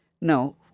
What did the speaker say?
Now